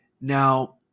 Now